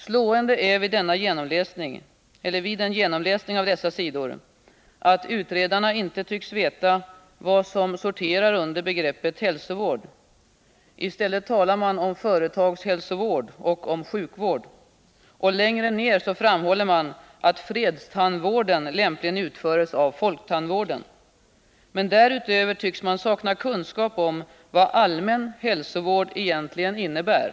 Slående är vid en genomläsning av dessa sidor, att utredarna inte tycks veta vad som sorterar under begreppet hälsovård. I stället talar man om företagshälsovård och sjukvård. Längre ned framhåller man, att Nr 57 fredstandvården lämpligen utföres av folktandvården. Därutöver tycks man Tisdagen den sakna kunskap om vad allmän hälsovård egentligen innebär.